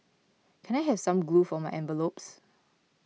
can I have some glue for my envelopes